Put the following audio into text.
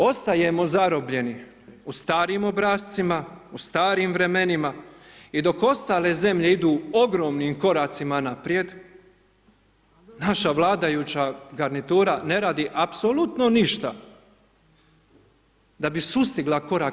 Ostajemo zarobljeni u starim obrascima, u starim vremenima i dok ostale zemlje idu ogromnim koracima naprijed, naša vladajuća garnitura ne radi apsolutno ništa da bi sustigla korak.